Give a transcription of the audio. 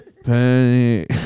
Penny